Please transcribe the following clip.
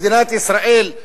מדינת ישראל,